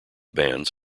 bands